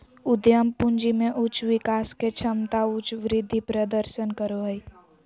उद्यम पूंजी में उच्च विकास के क्षमता उच्च वृद्धि प्रदर्शन करो हइ